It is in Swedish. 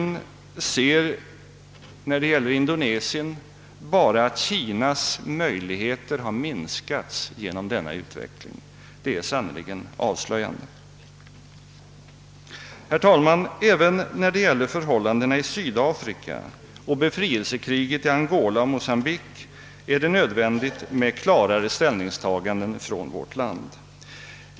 När det gäller Indonesien ser herr Ohlin bara att Kinas möjligheter har minskats genom denna utveckling — detta är sannerligen avslöjande. Herr talman! Även beträffande förhållandena i Sydafrika och befrielsekriget i Angola och Mocambique är det nödvändigt med klarare ställningstaganden av vårt land.